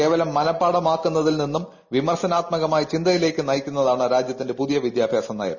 കേവലം മനപാഠമാക്കുന്നതിൽ നിന്നും വിർശനാത്മകമായ ചിന്തയിലേയ്ക്ക് നയിക്കുന്നതാണ് രാജൃത്തിന്റെ പുതിയ വിദ്യാഭ്യാസ നയം